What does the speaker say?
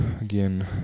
again